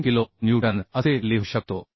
3 kilo newton असे लिहू शकतो